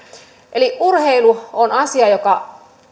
eli urheilu on asia joka